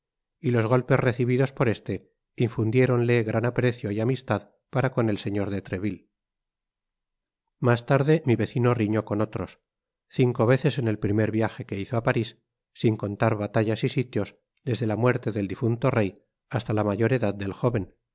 y los golpes recibidos por este infundiéronle gran aprecio y amistad para con el señor de treville mas tarde mi vecino riñó con otros cinco veces en el primer viaje que hizo á parís sin contar batallas y sitios deade la muerte del difunto rey hasta la mayor edad del jóven